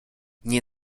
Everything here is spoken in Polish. nie